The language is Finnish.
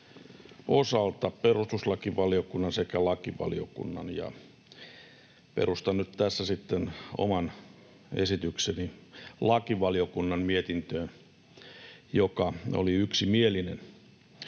osalta — perustuslakivaliokunnan sekä lakivaliokunnan — ja perustan nyt tässä sitten oman esitykseni lakivaliokunnan mietintöön, joka oli yksimielinen.